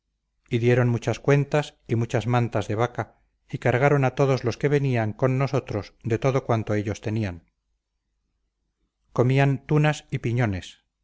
dieron muchas cuentas y muchas mantas de vaca y cargaron a todos los que venían con nosotros de todo cuanto ellos tenían comían tunas y piñones